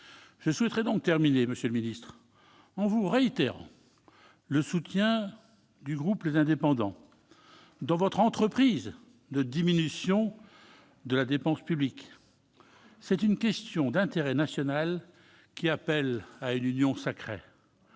Je souhaiterais terminer, monsieur le secrétaire d'État, en vous réitérant le soutien du groupe Les Indépendants à votre entreprise de diminution de la dépense publique. Il s'agit d'une question d'intérêt national qui appelle une union sacrée.